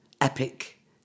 epic